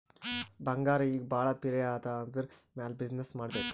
ಬಂಗಾರ್ ಈಗ ಭಾಳ ಪಿರೆ ಅದಾ ಅದುರ್ ಮ್ಯಾಲ ಬಿಸಿನ್ನೆಸ್ ಮಾಡ್ಬೇಕ್